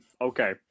okay